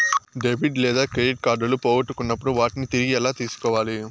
debit లేదా credit కార్డులు పోగొట్టుకున్నప్పుడు వాటిని తిరిగి ఎలా తీసుకోవాలి